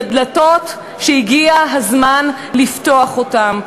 דלתות שהגיע הזמן לפתוח אותן.